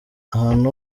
ahantu